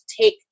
take